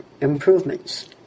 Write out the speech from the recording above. improvements